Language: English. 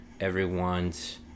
everyone's